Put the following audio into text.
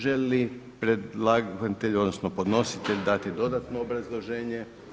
Želi li predlagatelj, odnosno podnositelj dati dodatno obrazloženje?